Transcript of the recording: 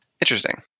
Interesting